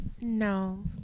No